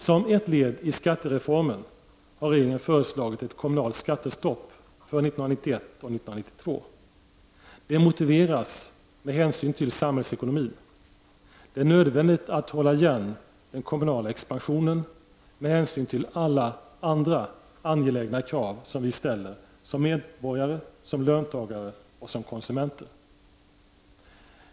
Som ett led i skattereformen har regeringen föreslagit ett kommunalt skattestopp för 1991 och 1992. Skattestoppet motiveras med hänsyn till samhällsekonomin. Det är nödvändigt att hålla igen den kommunala expansionen med hänsyn till alla andra angelägna krav som vi ställer som medborgare, som löntagare och som konsumenter.